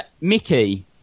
mickey